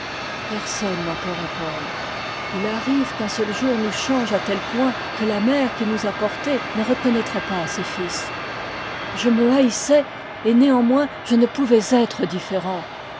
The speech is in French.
personne n'en peut répondre il arrive qu'un seul jour nous change à tel point que la mère qui nous a portés ne reconnaîtrait pas ses fils je me haïssais et néanmoins je ne pouvais être différent